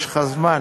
יש לך זמן,